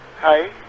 Hi